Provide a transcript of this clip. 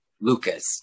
Lucas